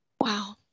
Wow